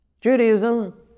Judaism